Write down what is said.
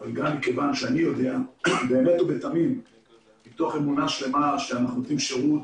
אך גם אני יודע באמת ובתמים מתוך אמונה שלמה שאנחנו נותנים שירות